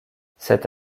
cette